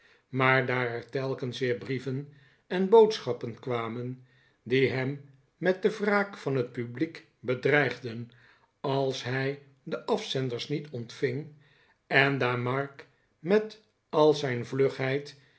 maar daar er telkens weer brieven en boodschappen kwamen die hem met de wraak van het publiek bedreigden als hij de afzenders niet ontving en daar mark met al zijn